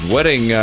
Wedding